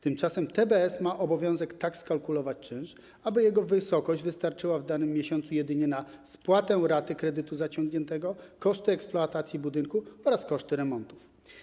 Tymczasem TBS ma obowiązek tak skalkulować czynsz, aby jego wysokość wystarczyła w danym miesiącu jedynie na spłatę raty zaciągniętego kredytu, koszty eksploatacji budynku oraz koszty remontów.